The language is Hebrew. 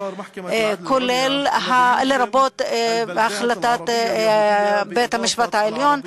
לרבות החלטת בית-המשפט העליון,